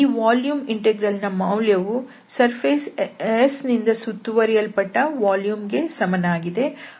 ಈ volume integral ನ ಮೌಲ್ಯವು ಮೇಲ್ಮೈ S ನಿಂದ ಸುತ್ತುವರಿಯಲ್ಪಟ್ಟ ವಾಲ್ಯೂಮ್ ಗೆ ಸಮನಾಗಿದೆ